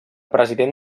president